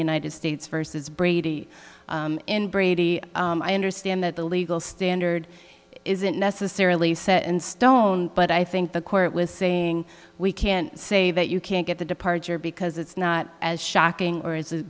states versus brady in brady i understand that the legal standard isn't necessarily set in stone but i think the court was saying we can't say that you can't get the departure because it's not as shocking or